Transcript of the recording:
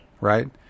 Right